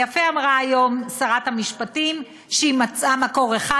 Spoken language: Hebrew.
יפה אמרה היום שרת המשפטים, שהיא מצאה מקור אחד.